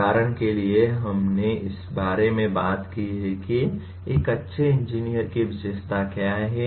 उदाहरण के लिए हमने इस बारे में बात की कि एक अच्छे इंजीनियर के विशेषताएँ क्या हैं